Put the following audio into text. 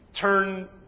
Turn